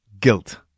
Guilt